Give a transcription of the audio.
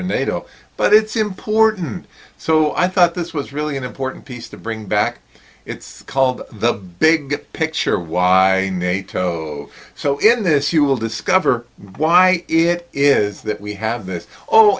in nato but it's important so i thought this was really an important piece to bring back it's called the big picture why nato so in this you will discover why it is that we have this oh